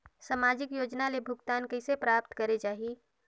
समाजिक योजना ले भुगतान कइसे प्राप्त करे जाहि?